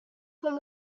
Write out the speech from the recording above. from